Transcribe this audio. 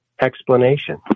explanation